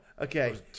Okay